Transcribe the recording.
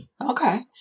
Okay